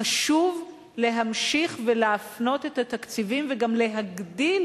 חשוב להמשיך ולהפנות את התקציבים, וגם להגדיל